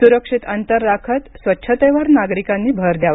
सुरक्षित अंतर राखत स्वच्छतेवर नागरिकांनी भर द्यावा